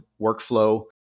workflow